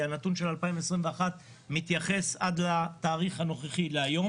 כי הנתון של 2021 מתייחס עד לתאריך של היום,